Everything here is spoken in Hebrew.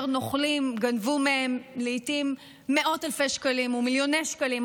נוכלים גנבו מהם לעיתים מאות אלפי שקלים ומיליוני שקלים,